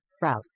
browse